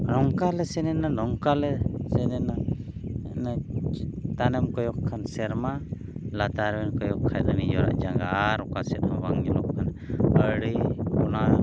ᱱᱚᱝᱠᱟ ᱞᱮ ᱥᱮᱱᱮᱱᱟ ᱱᱚᱝᱠᱟ ᱞᱮ ᱥᱮᱱᱮᱱᱟ ᱪᱮᱛᱟᱱᱮᱢ ᱠᱚᱭᱚᱜᱽ ᱠᱷᱟᱱ ᱥᱮᱨᱢᱟ ᱞᱟᱛᱟᱨᱮᱢ ᱠᱚᱭᱚᱜ ᱠᱷᱟᱱ ᱫᱚ ᱱᱤᱡᱮᱨᱟᱹᱜ ᱡᱟᱸᱜᱟ ᱟᱨ ᱚᱠᱟ ᱥᱮᱫ ᱵᱟᱝ ᱧᱮᱞᱚᱜ ᱠᱟᱱᱟ ᱟᱹᱰᱤ ᱚᱱᱟ